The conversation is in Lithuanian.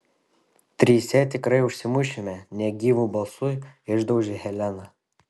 trise tikrai užsimušime negyvu balsu išdaužė helena